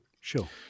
Sure